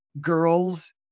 girls